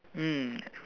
mm